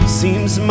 seems